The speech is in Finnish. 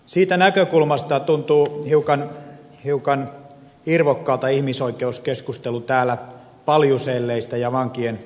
siitä näkökulmasta tuntuu hiukan irvokkaalta ihmisoikeuskeskustelu täällä paljuselleistä ja vankien tilanteesta